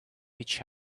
each